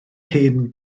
hen